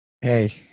Hey